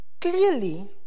clearly